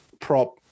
prop